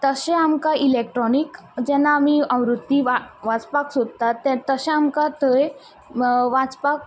तशें आमकां इलेक्ट्रोनीक जेन्ना आमी आवृत्ती वाचपाक सोदतात तशें आमकां थंय वाचपाक